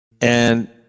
And-